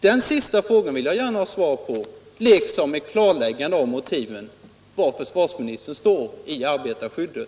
Den frågan vill jag gärna ha ett svar på, liksom jag önskar ett klarläggande av var försvarsministern står i fråga om arbetarskyddet.